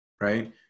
right